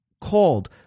called